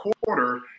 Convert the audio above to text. quarter